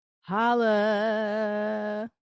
Holla